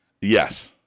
Yes